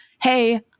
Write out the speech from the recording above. Hey